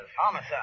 Homicide